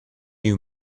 you